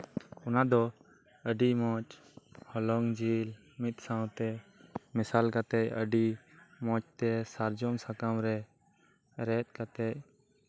ᱚᱱᱟ ᱫᱚ ᱟᱹᱰᱤ ᱢᱚᱸᱡ ᱦᱚᱞᱚᱝ ᱡᱤᱞ ᱢᱤᱫ ᱥᱟᱶᱛᱮ ᱢᱮᱥᱟᱞ ᱠᱟᱛᱮᱫ ᱟᱹᱰᱤ ᱢᱚᱸᱡ ᱛᱮ ᱥᱟᱨᱡᱚᱢ ᱥᱟᱠᱟᱢ ᱨᱮ ᱨᱮᱫ ᱠᱟᱛᱮᱫ